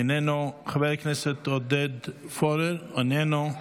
איננו, חבר הכנסת עודד פורר, איננו,